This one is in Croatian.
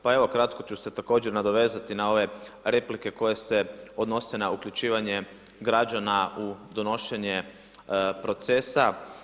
Pa evo kratko ću se također nadovezati na ove replike koje se odnose na uključivanje građana u donošenje procesa.